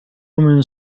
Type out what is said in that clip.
woman